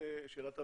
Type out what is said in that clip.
שאלת הבהרה.